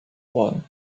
worden